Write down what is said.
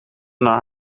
naar